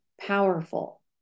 powerful